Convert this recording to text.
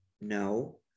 No